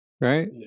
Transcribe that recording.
right